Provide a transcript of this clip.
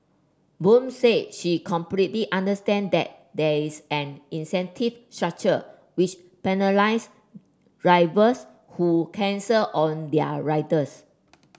Boon said she completely understand that there is an incentive structure which penalises drivers who cancel on their riders